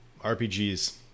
RPGs